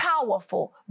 powerful